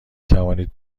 توانید